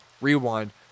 rewind